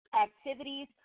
activities